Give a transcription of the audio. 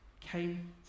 came